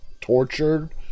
tortured